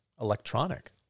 electronic